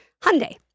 Hyundai